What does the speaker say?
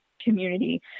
community